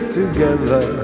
together